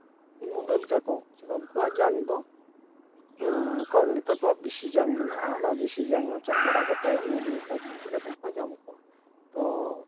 ᱢᱩᱞᱟᱹ ᱞᱮᱠᱟ ᱠᱚ ᱪᱟᱠᱟ ᱠᱚᱣᱟ ᱩᱱᱠᱩᱣᱟᱜ ᱡᱟᱝ ᱫᱚ ᱠᱚᱢ ᱜᱮᱛᱟ ᱠᱚᱣᱟ ᱵᱤᱥᱤ ᱡᱟᱝ ᱢᱮᱱᱟᱜᱼᱟ ᱚᱱᱟ ᱵᱤᱥᱤ ᱡᱟᱝ ᱚᱪᱚᱜ ᱵᱟᱲᱟ ᱠᱟᱛᱮ ᱢᱩᱞᱟᱹ ᱞᱮᱠᱟ ᱠᱩᱴᱤ ᱠᱟᱛᱮ ᱠᱚ ᱡᱚᱢ ᱠᱚᱣᱟ ᱛᱚ